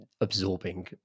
absorbing